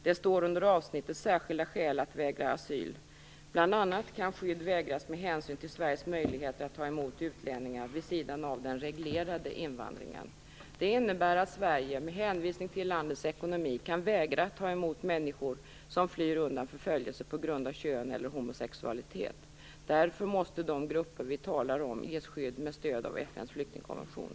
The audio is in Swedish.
Det står under avsnittet Särskilda skäl att vägra asyl att bl.a. kan skydd vägras med hänsyn till Sveriges möjligheter att emot utlänningar vid sidan av den reglerade invandringen. Det innebär att Sverige med hänvisning till landets ekonomi kan vägra ta emot människor som flyr undan förföljelse på grund av kön eller homosexualitet. Därför måste de grupper vi talar om ges skydd med stöd av FN:s flyktingkonvention.